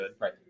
Right